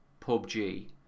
PUBG